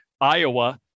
Iowa